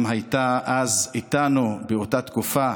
גם הייתה איתנו אז, באותה תקופה,